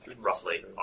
roughly